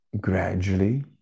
gradually